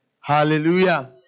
Hallelujah